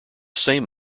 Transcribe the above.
same